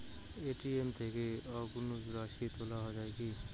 ATM থেকে অযুগ্ম রাশি তোলা য়ায় কি?